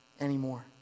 anymore